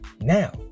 Now